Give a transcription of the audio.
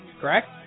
correct